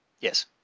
Yes